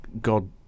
god